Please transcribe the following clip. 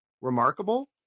remarkable